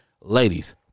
Ladies